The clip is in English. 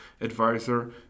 advisor